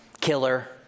killer